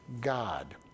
God